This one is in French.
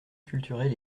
culturelle